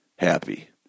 happy